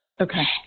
Okay